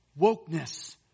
wokeness